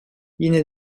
yine